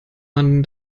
man